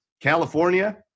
California